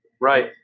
Right